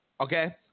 Okay